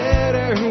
better